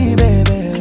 baby